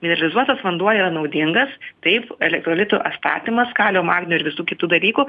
mineralizuotas vanduo yra naudingas taip elektrolitų atstatymas kalio magnio ir visų kitų dalykų